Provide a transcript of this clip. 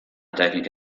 tecnica